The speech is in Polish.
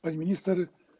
Pani Minister!